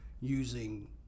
using